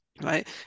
Right